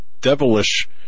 devilish